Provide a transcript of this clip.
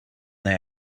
they